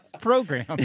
program